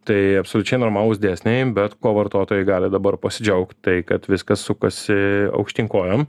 tai absoliučiai normalūs dėsniai bet ko vartotojai gali dabar pasidžiaugt tai kad viskas sukasi aukštyn kojom